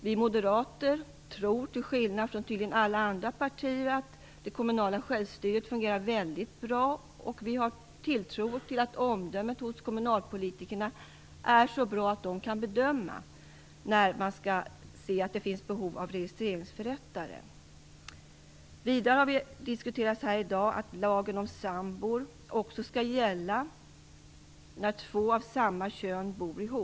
Vi moderater tror - tydligen till skillnad från alla andra partier - att det kommunala självstyret fungerar väldigt bra, och vi har tilltro till att omdömet hos kommunalpolitikerna är så bra att de kan bedöma när det finns behov av registreringsförrättare. Vidare har man här i dag diskuterat att lagen om sambor också skall gälla när två av samma kön bor ihop.